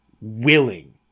willing